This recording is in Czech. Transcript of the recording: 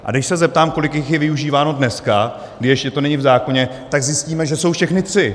A když se zeptám, kolik jich je využíváno dneska, kdy ještě to není v zákoně, tak zjistíme, že jsou všechny tři.